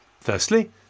Firstly